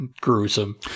gruesome